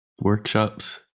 workshops